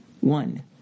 one